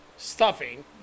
Stuffing